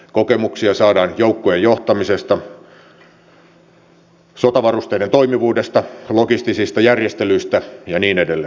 kokemuksia saadaan joukkojen johtamisesta sotavarusteiden toimivuudesta logistisista järjestelyistä ja niin edelleen